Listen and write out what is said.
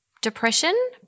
depression